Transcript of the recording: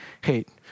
hate